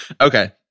Okay